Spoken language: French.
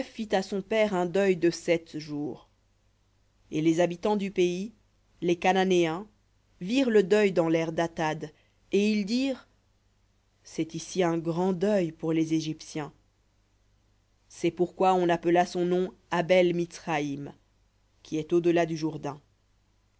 fit à son père un deuil de sept jours et les habitants du pays les cananéens virent le deuil dans l'aire d'atad et ils dirent c'est ici un grand deuil pour les égyptiens c'est pourquoi on appela son nom abel mitsraïm qui est au delà du